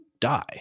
die